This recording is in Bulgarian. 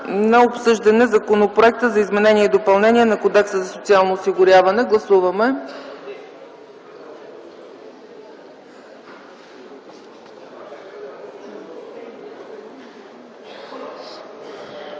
обсъждане на Законопроекта за изменение и допълнение на Кодекса за социално осигуряване. Гласували